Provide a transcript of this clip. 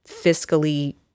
fiscally